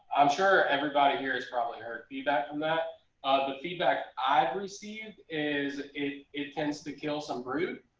i'm sure everybody here is probably heard feedback from that. um the feedback i've received is it it tends to kill some brood.